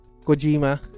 Kojima